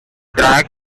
drag